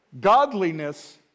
godliness